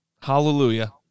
Hallelujah